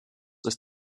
ist